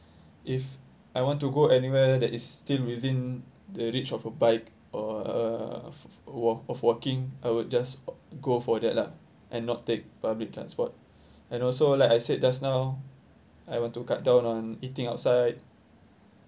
if I want to go anywhere that is still within the reach of a bike or uh walk of walking I would just go for that lah and not take public transport and also like I said just now I want to cut down on eating outside